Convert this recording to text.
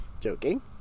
joking